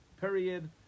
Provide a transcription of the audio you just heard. Period